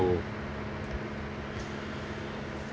so